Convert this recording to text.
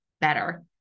better